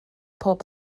pob